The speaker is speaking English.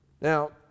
Now